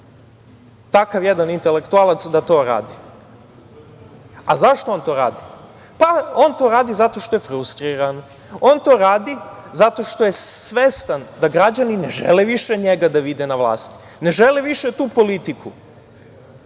takav jedan intelektualac da to radi. A zašto on to radi? On to radi zato što je frustriran. On to radi zato što je svestan da građani ne žele više njega da vide na vlasti. Ne žele više tu politiku.